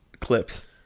clips